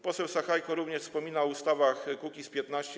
Poseł Sachajko również wspominał o ustawach Kukiz’15.